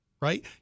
right